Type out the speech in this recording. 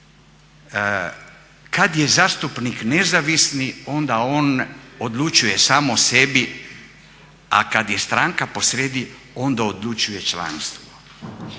kad je zastupnik nezavisni onda on odlučuje sam o sebi, a kad je stranka posrijedi onda odlučuje članstvo.